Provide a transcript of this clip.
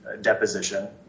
deposition